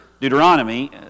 Deuteronomy